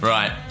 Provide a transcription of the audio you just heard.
Right